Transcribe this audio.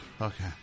Okay